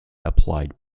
applied